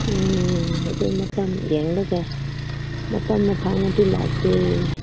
ꯎꯝ ꯑꯗꯨ ꯃꯇꯝ ꯌꯦꯡꯂꯒ ꯃꯇꯝꯅ ꯐꯪꯉꯗꯤ ꯂꯥꯛꯀꯦ